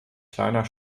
kleiner